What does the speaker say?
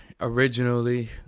originally